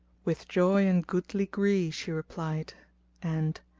with joy and goodly gree, she replied and,